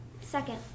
second